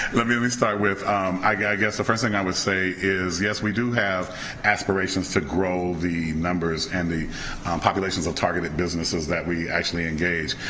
let me start with i gotta guess the first thing i would say is yes we do have aspirations to grow the numbers and the populations of targeted businesses that we actually engage.